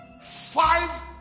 five